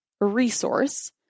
resource